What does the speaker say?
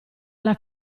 alla